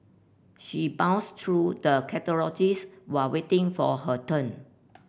she browsed through the catalogues while waiting for her turn